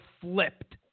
flipped